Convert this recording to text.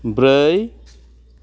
ब्रै